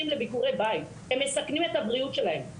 הם נתונים שאנחנו כמובן שיתפנו,